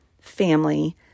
family